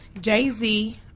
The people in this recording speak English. Jay-Z